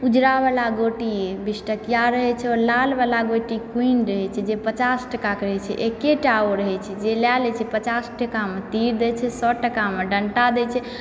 उजरा वला गोटी बीस टकिया रहै छै आओर लाल वला गोटी क्वीन रहै छै जे पचास टका के होइ छै एके टा ओ रहै छै जे लै लय छै पचास टकामे तीर दै छै सए टकामे डंटा दै छै